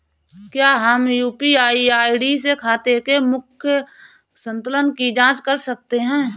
क्या हम UPI ID से खाते के मूख्य संतुलन की जाँच कर सकते हैं?